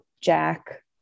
jack